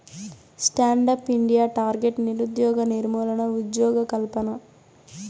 stand up India target నిరుద్యోగ నిర్మూలన, ఉజ్జోగకల్పన